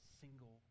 single